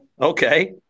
Okay